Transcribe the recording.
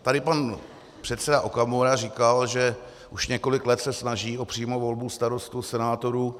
Tady pan předseda Okamura říkal, že už několik let se snaží o přímou volbu starostů, senátorů.